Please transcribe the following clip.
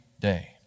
day